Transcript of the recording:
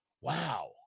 Wow